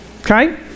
Okay